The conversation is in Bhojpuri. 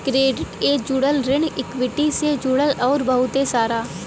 क्रेडिट ए जुड़ल, ऋण इक्वीटी से जुड़ल अउर बहुते सारा